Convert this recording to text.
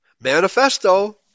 manifesto